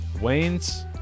Wayne's